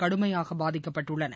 கடுமையாக பாதிக்கப்பட்டுள்ளன